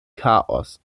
chaos